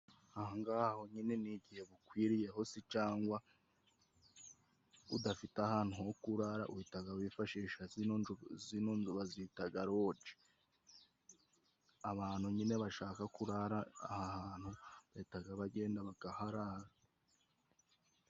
Aha ng'aha honyine ni igihe bukwiriyeho se cyangwa udafite ahantu ho kurara uhita wifashisha zino nzu bazitaga loge. Abantu nyine bashaka kurara aha hantu bahita bagenda bakaharara.